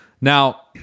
Now